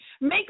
Make